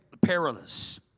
perilous